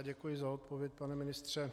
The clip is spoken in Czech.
Děkuji za odpověď, pane ministře.